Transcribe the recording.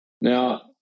Now